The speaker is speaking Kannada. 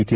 ಟಿ